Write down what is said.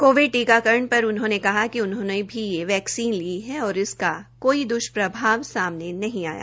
Covid टीकाकरण पर उन्होंने कहा कि उन्होंने वैक्सीन ली है और इसका कोई द्ष्प्रभाव सामने नहीं आया